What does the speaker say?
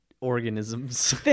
organisms